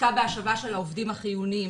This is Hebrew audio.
עסקה בהשבה של העובדים החיוניים.